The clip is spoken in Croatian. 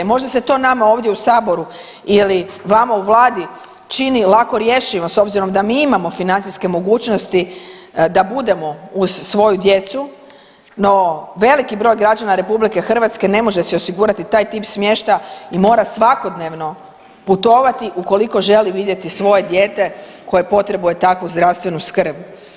I možda se to nama ovdje u saboru ili vama u vladi čini lako rješivo s obzirom da mi imamo financijske mogućnosti da budemo uz svoju djecu, no veliki broj građana RH ne može si osigurati taj tip smještaja i mora svakodnevno putovati ukoliko želi vidjeti svoje dijete koje potrebuje takvu zdravstvenu skrb.